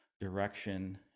direction